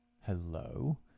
Hello